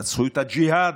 תנצחו את הג'יהאד,